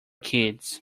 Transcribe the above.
kids